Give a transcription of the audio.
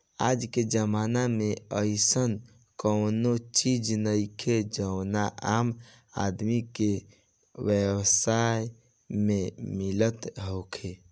आजके जमाना में अइसन कवनो चीज नइखे जवन आम आदमी के बेपैसा में मिलत होखे